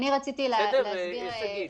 בסדר, שגית?